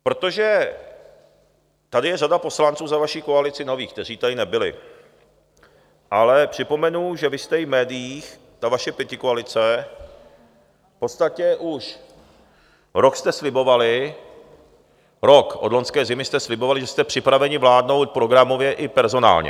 Protože tady je řada poslanců za vaši koalici nových, kteří tady nebyli, ale připomenu, že vy jste v médiích, ta vaše pětikoalice, v podstatě už rok jste slibovali, rok, od loňské zimy jste slibovali, že jste připraveni vládnout i programově, i personálně.